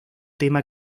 tema